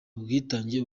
ubwitange